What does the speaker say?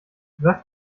was